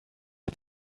you